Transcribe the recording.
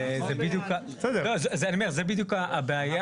אני אומר, זו בדיוק הבעיה.